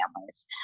families